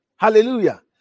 Hallelujah